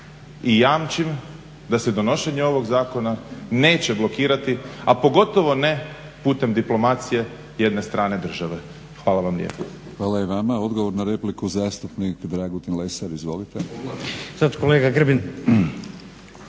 i jamčim da se donošenje ovog zakona neće blokirati a pogotovo ne putem diplomacije jedne strane države. Hvala vam lijepa. **Batinić, Milorad (HNS)** Hvala i vama. Odgovor na repliku zastupnik Dragutin Lesar. Izvolite. **Lesar,